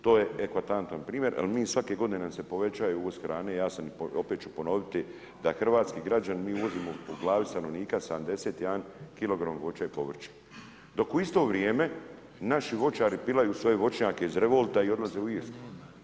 To je eklatantan primjer, ali mi svake godine nam se povećaje uvoz hrane, ja sam i opet ću ponoviti da hrvatski građani, mi uvozimo po glavi stanovnika 71 kg voća i povrća, dok u isto vrijeme naši voćari pilaju svoje voćnjake iz revolta i odlaze u Irsku.